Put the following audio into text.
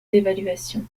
d’évaluation